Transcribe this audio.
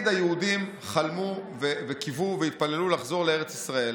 היהודים תמיד חלמו וקיוו והתפללו לחזור לארץ ישראל.